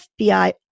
FBI